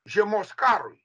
žiemos karui